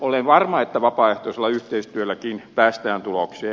olen varma että vapaaehtoisella yhteistyölläkin päästään tulokseen